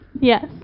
yes